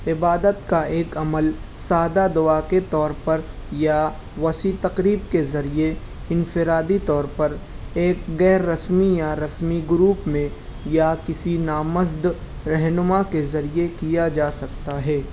عبادت کا ایک عمل سادہ دُعا کے طور پر یا وسیع تقریب کے ذریعے انفرادی طور پر ایک غیر رسمی یا رسمی گروپ میں یا کسی نامرد رہنما کے ذریعے کیا جا سکتا ہے